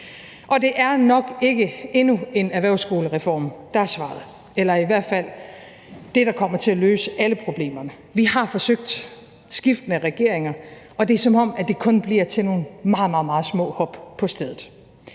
og det er nok ikke endnu en erhvervsskolereform, der er svaret, eller i hvert fald det, der kommer til at løse alle problemerne. Vi har forsøgt, skiftende regeringer, og det er, som om det kun bliver til nogle meget, meget små hop på stedet.